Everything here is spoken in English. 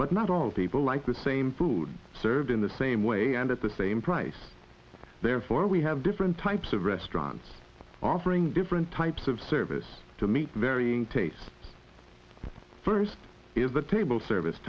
but not all people like the same food served in the same way and at the same price therefore we have different types of restaurants offering different types of service to meet varying tastes the first is the table service